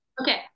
okay